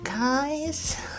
guys